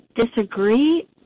disagree